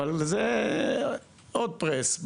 אבל זה עוד פרס.